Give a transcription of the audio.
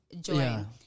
join